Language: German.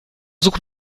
sucht